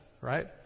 right